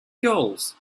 goals